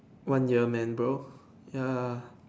when you are man bro ya